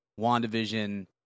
WandaVision